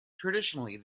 traditionally